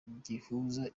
gihuza